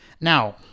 Now